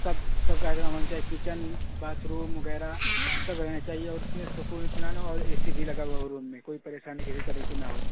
سب سب کا اہتمام ہونا چاہیے کچن باتھ روم وغیرہ سب رہنا چاہیے اور اس میں سکون اطمینان اور اے سی بھی لگا ہوا ہو روم میں کوئی پریشانی کسی طرح کی نہ ہو